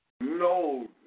No